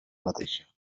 mateixa